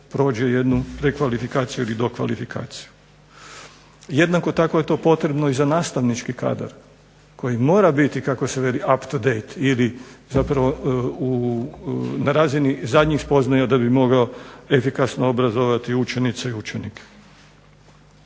prođe jednu kvalifikaciju ili dokvalifikaciju. Jednako tako je potrebno za nastavnički kadar koji mora biti kako se veli "up to date" zapravo na razini zadnjih spoznaja da bi mogao efikasno obrazovati učenike i učenice.